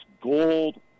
gold